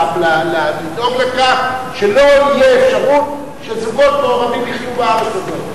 לדאוג לכך שלא תהיה אפשרות שזוגות מעורבים יחיו בארץ הזאת.